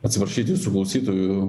atsiprašyti visų klausytojų